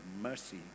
mercy